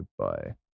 goodbye